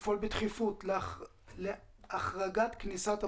לפעול בדחיפות להחרגת כניסת המדרכים,